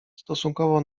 stosunkowo